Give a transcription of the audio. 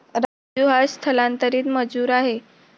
राजू हा स्थलांतरित मजूर आहे